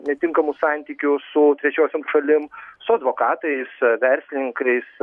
netinkamų santykių su trečiosiom šalim su advokatais verslininkais